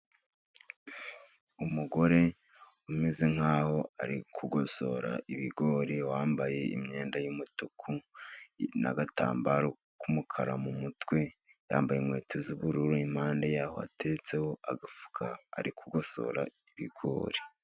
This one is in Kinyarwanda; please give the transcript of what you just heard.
Umugore umeze nkaho ari kugosora ibigori wambaye imyenda y'umutuku, n'agatambaro k'umukara mu mutwe, yambaye inkweto z'ubururu, impande yaho hateretseho agafuka ari kugosora ibigori.